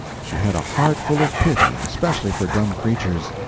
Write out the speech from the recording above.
she had a heart full of pity, especially for dumb creatures.